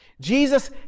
Jesus